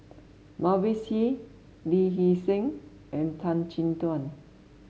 Mavis Hee Lee Hee Seng and Tan Chin Tuan